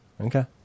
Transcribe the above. Okay